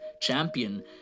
champion